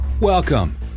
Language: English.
Welcome